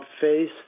phase